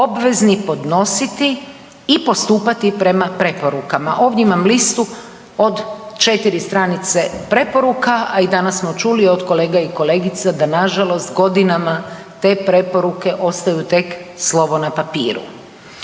obvezni podnositi i postupati prema preporukama. Ovdje imam listu od četiri stranice preporuka, a i danas smo čili od kolega i kolegica da nažalost godinama te preporuke ostaju tek slovo na papiru.